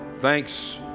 Thanks